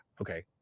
okay